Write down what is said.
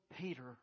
Peter